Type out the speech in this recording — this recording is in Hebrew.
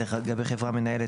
לגבי חברה מנהלת,